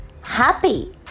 happy